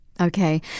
Okay